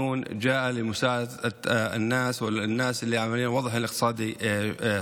תרגומם: הצגת חוק לקביעת מחיר אחיד לחניה בחניונים בבתי החולים,